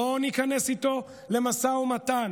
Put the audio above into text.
לא ניכנס איתו למשא ומתן.